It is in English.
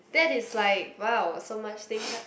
that is like wow so much things